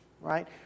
right